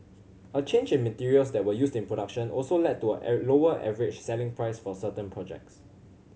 a change in materials that were used in production also led to a lower average selling price for certain projects